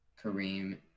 Kareem